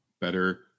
better